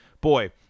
boy